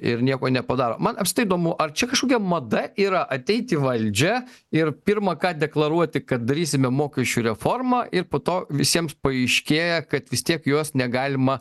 ir nieko nepadaro man apskritai įdomu ar čia kažkokia mada yra ateit į valdžią ir pirma ką deklaruoti kad darysime mokesčių reformą ir po to visiems paaiškėja kad vis tiek jos negalima